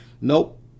Nope